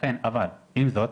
עם זאת,